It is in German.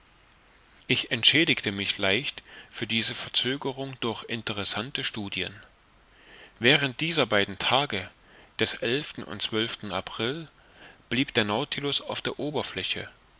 ich entschädigte mich leicht für diese verzögerung durch interessante studien während dieser beiden tage des april blieb der nautilus auf der oberfläche